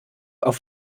auf